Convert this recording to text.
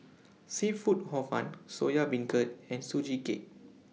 Seafood Hor Fun Soya Beancurd and Sugee Cake